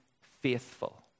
faithful